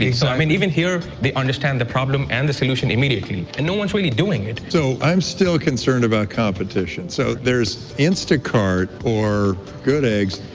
so i mean even here, they understand the problem and the solution immediately, and no one's really doing it. so, i'm still concerned about competition. so there's instacart or good eggs.